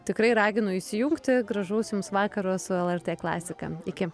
tikrai raginu įsijungti gražaus jums vakaro su lrt klasika iki